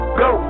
go